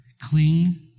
cling